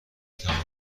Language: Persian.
تمام